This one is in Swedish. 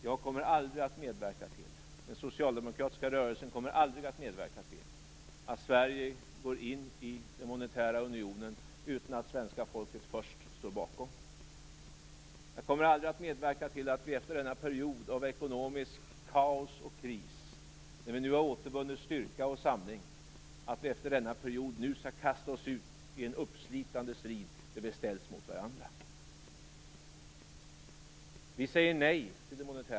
Jag och den socialdemokratiska rörelsen kommer aldrig att medverka till att Sverige går in i den monetära unionen utan att svenska folket står bakom det. Jag kommer aldrig att medverka till att vi, efter denna period av ekonomiskt kaos och kris och när vi nu återvunnit styrka och samling, skall kasta oss ut i en uppslitande strid där vi ställs mot varandra.